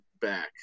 back